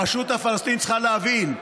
הרשות הפלסטינית צריכה להבין.